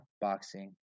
boxing